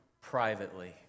privately